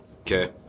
Okay